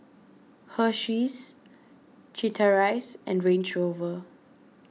Hersheys Chateraise and Range Rover